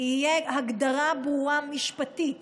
תהיה הגדרה משפטית